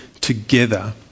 together